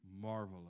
marvelous